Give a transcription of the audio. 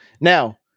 Now